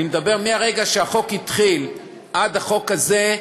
אני אומר שמהרגע שהחוק התחיל עד החוק הזה,